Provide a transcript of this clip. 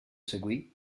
seguì